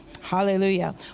Hallelujah